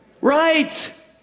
right